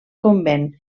convent